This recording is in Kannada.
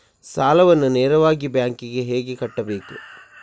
ಸಾಲವನ್ನು ನೇರವಾಗಿ ಬ್ಯಾಂಕ್ ಗೆ ಹೇಗೆ ಕಟ್ಟಬೇಕು?